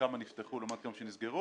כמה נפתחו לעומת כמה נסגרו,